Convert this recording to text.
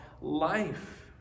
life